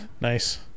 Nice